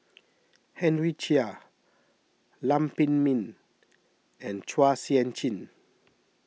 Henry Chia Lam Pin Min and Chua Sian Chin